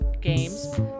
games